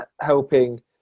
helping